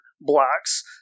blocks